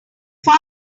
far